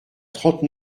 trente